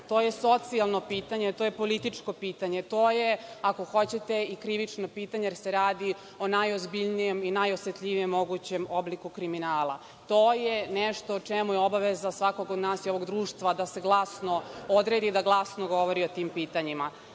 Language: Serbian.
To je socijalno pitanje, to je političko pitanje. To je, ako hoćete, i krivično pitanje, jer se radi o najozbiljnijem i najosetljivijem mogućem obliku kriminala. To je nešto o čemu je obaveza svakog od nas i ovog društva da se glasno odredi, da glasno govori o tim pitanjima.Zaštićen